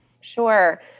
Sure